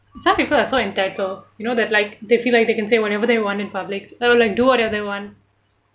some people are so entitled you know that like they feel like they can say whatever they want in public or like do whatever they want